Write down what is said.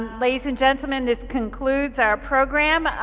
ladies and gentlemen this concludes our program.